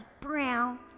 Brown